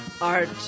Art